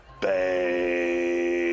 Babe